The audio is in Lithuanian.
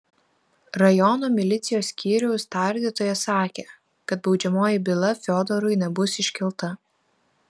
rajono milicijos skyriaus tardytojas sakė kad baudžiamoji byla fiodorui nebus iškelta